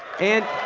and,